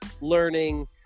learning